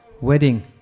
wedding